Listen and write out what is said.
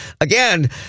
again